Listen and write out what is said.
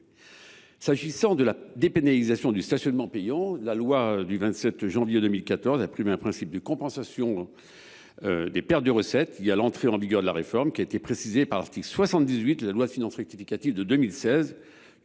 mobilité. Avec la dépénalisation du stationnement payant, la loi du 27 janvier 2014 a prévu un principe de compensation des pertes de recettes liées à l’entrée en vigueur de la réforme, qui a été précisé par l’article 78 de la loi de finances rectificative pour 2016.